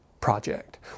project